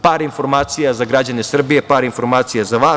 Par informacija za građane Srbije, par informacija za vas.